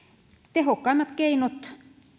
tehokkaimmat keinot